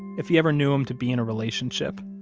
if he ever knew him to be in a relationship.